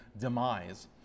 demise